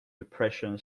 depression